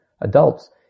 adults